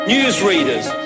Newsreaders